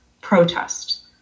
protest